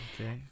okay